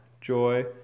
joy